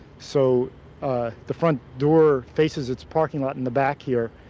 so the front door faces its parking lot in the back here,